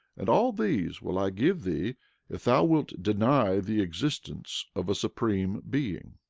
and all these will i give thee if thou wilt deny the existence of a supreme being.